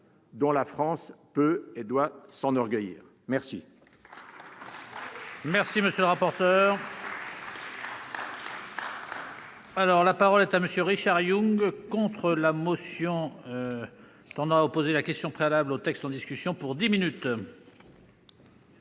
dont la France peut et doit s'enorgueillir !